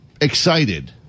excited